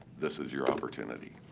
this is your opportunity.